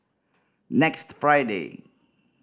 next Friday